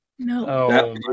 No